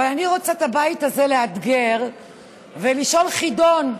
אבל אני רוצה לאתגר את הבית הזה ולשאול, חידון,